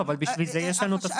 לא, אבל בשביל זה יש את (3).